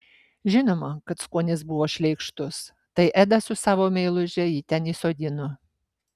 žinoma kad skonis buvo šleikštus tai edas su savo meiluže jį ten įsodino